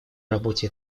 работе